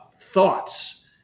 thoughts